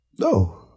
No